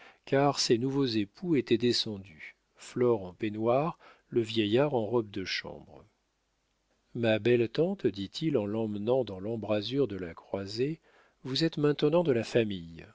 car ces nouveaux époux étaient descendus flore en peignoir le vieillard en robe de chambre ma belle tante dit-il en l'emmenant dans l'embrasure de la croisée vous êtes maintenant de la famille